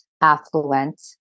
affluent